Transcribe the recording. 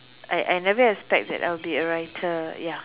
I I never expect that I'll be a writer ya